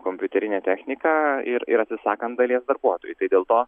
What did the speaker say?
kompiuterinę techniką ir ir atsisakant dalies darbuotojų dėl to